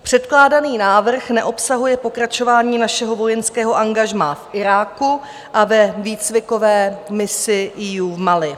Předkládaný návrh neobsahuje pokračování našeho vojenského angažmá i Iráku a ve výcvikové misi EU v Mali.